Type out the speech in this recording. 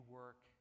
work